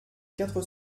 quatre